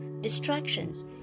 distractions